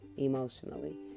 emotionally